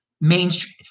mainstream